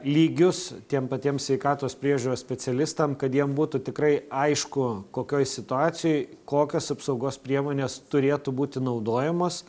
lygius tiem patiem sveikatos priežiūros specialistam kad jiem būtų tikrai aišku kokioj situacijoj kokios apsaugos priemonės turėtų būti naudojamos